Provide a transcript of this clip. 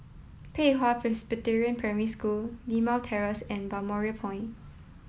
Pei Hwa Presbyterian Primary School Limau Terrace and Balmoral Point